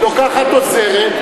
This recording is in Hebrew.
לוקחת עוזרת,